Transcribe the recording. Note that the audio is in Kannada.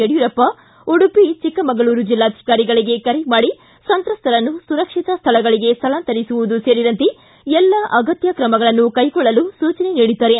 ಯಡಿಯೂರಪ್ಪ ಉಡುಪಿ ಚಿಕ್ಕಮಗಳೂರು ಜಿಲ್ಲಾಧಿಕಾರಿಗಳಿಗೆ ಕರೆ ಮಾಡಿ ಸಂತ್ರಸ್ತರನ್ನು ಸುರಕ್ಷಿತ ಸ್ಥಳಗಳಿಗೆ ಸ್ಥಳಾಂತರಿಸುವುದು ಸೇರಿದಂತೆ ಎಲ್ಲ ಅಗತ್ಯ ಕ್ರಮಗಳನ್ನು ಕೈಗೊಳ್ಳಲು ಸೂಚನೆ ನೀಡಿದ್ದಾರೆ